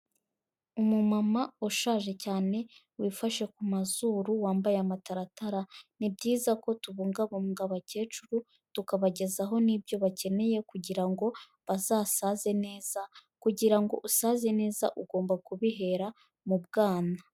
Umumama ushaje cyane wifashe ku mazuru wambaye amataratara, ni byiza ko tubungabunga abakecuru tukabagezaho n'ibyo bakeneye kugira ngo bazasaze neza, kugira ngo usaze neza ugomba kubihera mu bwana.